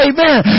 Amen